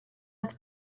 its